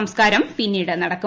സംസ്കാരം പിന്നീട് നടക്കും